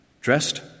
Dressed